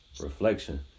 reflection